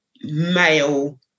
male